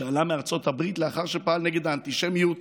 שעלה מארצות הברית לאחר שפעל נגד האנטישמיות